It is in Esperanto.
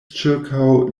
ĉirkaŭ